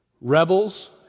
rebels